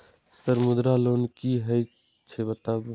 Sir Mudra loan की हे छे बताबू?